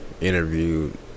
interviewed